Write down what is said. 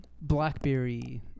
Blackberry